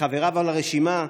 וחבריו לרשימה,